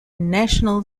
national